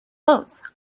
floats